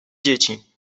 dzieci